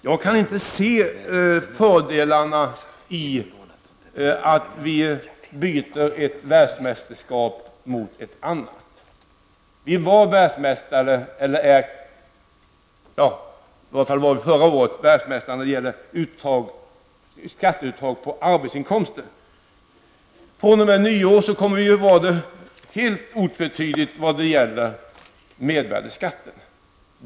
Jag kan inte se någon fördel i att vi byter en världsmästarställning mot en annan. I Sverige var förra året världsmästare när det gällde skatteuttag på arbetsinkomster. fr.o.m. nyår kommer Sverige helt otvetydigt att bli det när det gäller mervärdeskatten.